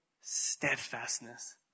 steadfastness